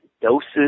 doses